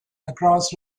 across